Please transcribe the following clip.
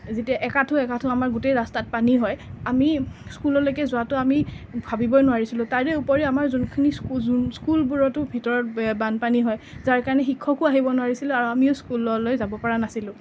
যেতিয়া একাঁঠু একাঁঠু আমাৰ গোটেই ৰাস্তাত পানী হয় আমি স্কুললৈকে যোৱাটো আমি ভাবিবই নোৱাৰিছিলোঁ তাৰে উপৰিও আমাৰ যোনখিনি স্কু যোন স্কুলবোৰতো ভিতৰত বানপানী হয় যাৰ কাৰণে শিক্ষকো আহিব নোৱাৰিছিল আৰু আমিও স্কুললৈ যাব পৰা নাছিলোঁ